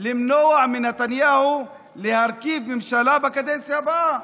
למנוע מנתניהו להרכיב ממשלה בקדנציה הבאה.